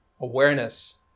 awareness